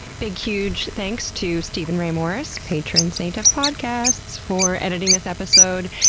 big, huge thanks to steven ray morris, patron saint of podcasts, for editing this episode,